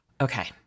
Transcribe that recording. okay